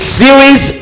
series